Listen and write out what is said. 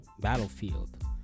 battlefield